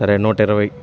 సరే నూట ఇరవై